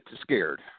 scared